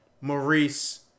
Maurice